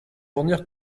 fournir